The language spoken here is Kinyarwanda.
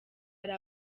hari